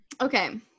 Okay